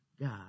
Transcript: God